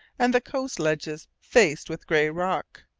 and the coast-ledges faced with grey rock.